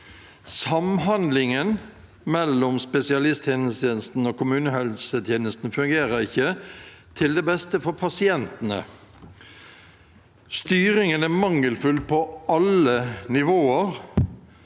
Samhandlingen mellom spesialisthelsetjenesten og kommunehelsetjenesten fungerer ikke til beste for pasientene. Styringen er mangelfull på alle nivåer,